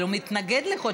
אבל הוא מתנגד לחוק.